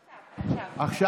עכשיו, עכשיו.